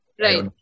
Right